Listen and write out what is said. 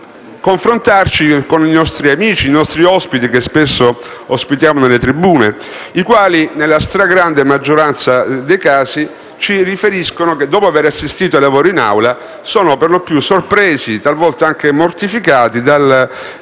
il confronto con i nostri amici, che spesso ospitiamo nelle tribune, i quali, nella stragrande maggioranza dei casi, ci riferiscono che, dopo aver assistito ai lavori in Aula, sono per lo più sorpresi e talvolta anche mortificati nel